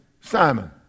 Simon